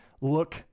look